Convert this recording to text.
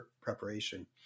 preparation